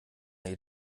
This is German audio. ihr